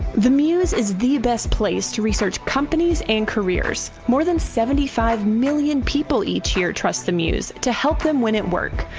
the muse is the best place to research companies and careers. more than seventy five million people each year trust the muse to help them win at work,